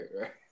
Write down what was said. right